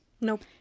nope